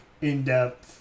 in-depth